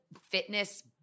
fitness-